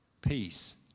peace